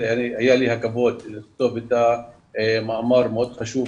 היה לי הכבוד לכתוב איתה מאמר מאוד חשוב,